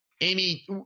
Amy